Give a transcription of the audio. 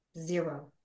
Zero